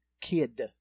kid